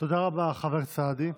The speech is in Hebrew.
תודה רבה, חבר הכנסת סעדי.